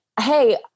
Hey